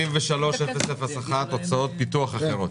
סעיף 83-001, הוצאות פיתוח אחרות.